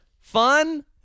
fun